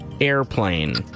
airplane